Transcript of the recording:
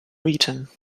region